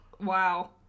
Wow